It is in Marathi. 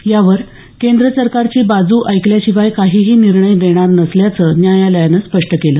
यावर केंद्रसरकारची बाजू ऐकल्याशिवाय काहीही निर्णय देणार नसल्याचं न्यायालयानं स्पष्ट केलं